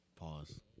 Pause